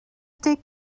deg